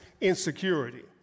insecurity